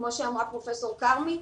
כמו שאמרה פרופ' כרמי,